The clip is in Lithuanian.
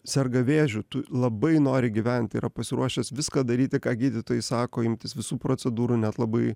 serga vėžiu tu labai nori gyventi ir pasiruošęs viską daryti ką gydytojai sako imtis visų procedūrų net labai